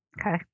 okay